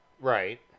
Right